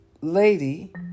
lady